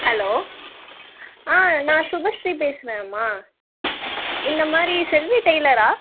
hello ஆ நான் சுபஸ்ரீ பேசுகிறேன்மா இந்த மாதிரி செல்வி டெய்லரா